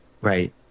Right